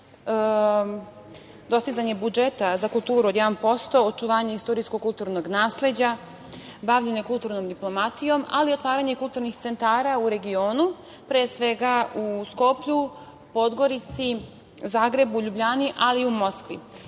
dostizanje budžeta za kulturu od 1%, očuvanje istorijskog i kulturnog nasleđa, bavljenje kulturnom diplomatijom, ali i otvaranje kulturnih centara u regionu, pre svega u Skoplju, Podgorici, Zagrebu, Ljubljani, ali i u Moskvi. Kada